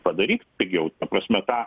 padaryk pigiau ta prasme tą